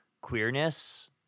queerness